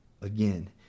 again